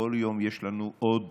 כל יום יש לנו עוד